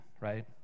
right